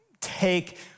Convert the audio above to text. take